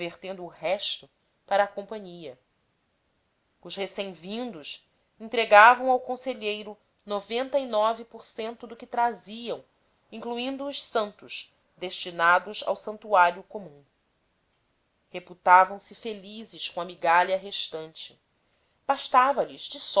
revertendo o resto para a companhia os recém vindos entregavam ao conselheiro noventa e nove por cento do que traziam incluindo os santos destinados ao santuário comum reputavam se felizes com a migalha restante bastava lhes de